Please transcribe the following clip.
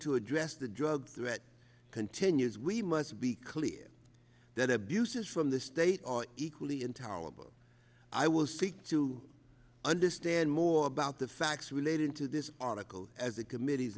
to address the drug threat continues we must be clear that abuses from the state are equally intolerable i will seek to understand more about the facts relating to this article as the committee